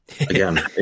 Again